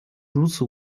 如此